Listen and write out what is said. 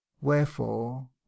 wherefore